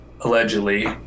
allegedly